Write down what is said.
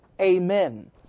Amen